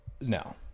no